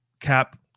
cap